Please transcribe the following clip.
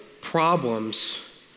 problems